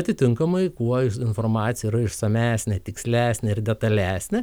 atitinkamai kuo informacija yra išsamesnė tikslesnė ir detalesnė